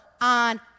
on